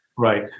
Right